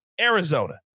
Arizona